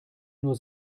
nur